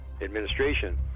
administration